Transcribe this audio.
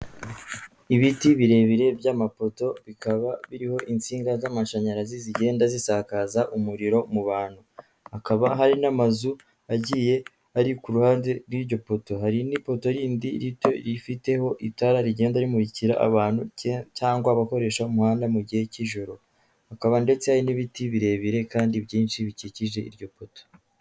Ibiti birebire by'amapoto bikaba biriho insinga z'amashanyarazi zigenda zisakaza umuriro mu bantu hakaba hari n'amazu agiye ari ku ruhande rw'iryo poto hari n'ipoto yindi rito ifiteho itara rigenda rimurikira abantu cyangwa abakoresha umuhanda mu gihe cy'ijoro. Hakaba ndetse n'ibiti birebire kandi byinshi bikikije iryo poto.